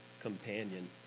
companion